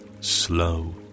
slow